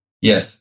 Yes